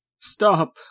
stop